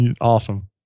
Awesome